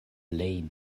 plej